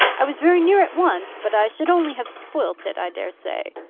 i was very near it once. but i should only have spoilt it, i dare say.